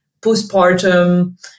postpartum